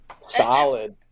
solid